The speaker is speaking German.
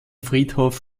friedhof